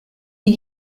die